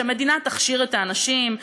שהמדינה תכשיר את האנשים,